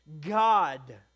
God